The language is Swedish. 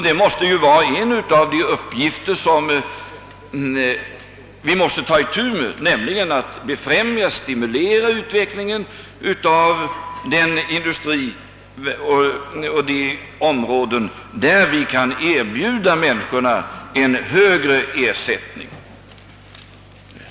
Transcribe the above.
Det är också en uppgift som vi skall ta itu med, att befrämja och stimulera utvecklingen av den industri och de områden som kan erbjuda människorna en bättre arbetsinkomst.